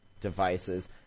devices